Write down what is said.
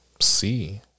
see